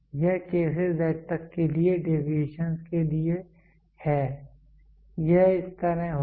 यह K से Z तक के लिए डेविएशन के लिए है यह इस तरह होगा